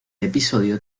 episodio